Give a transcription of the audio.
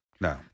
No